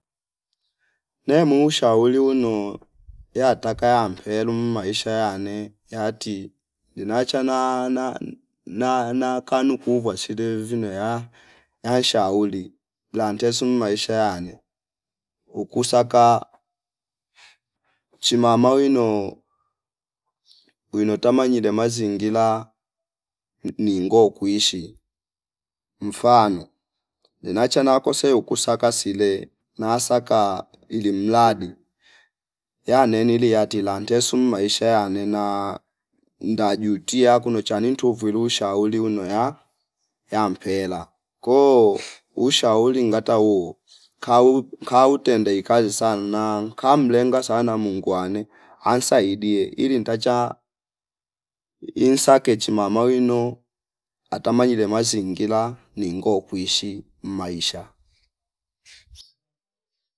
Nemu shauli uno yataka yampelu mmaisha yane yati dina chana na- na- na- nakanu kuvwa side vinoya yashauli blantesu mmaisha yane ukusaka chima mawino wino tama nyile mazingila ningo kuishi mfano dina chana wakose ukusa kasile nasaka ili mladi yane nilia yatila ntesu mmaisha yanena nda jutia kuno chani ntuvwilu ushauri uno ya yampela koo ushauri ngata uu kau- kautende ikazi sana kamlenga sana Mungu wane ansaidie ili ntacha insake chima mawino akamanyile mazingila ningo kuishi maisha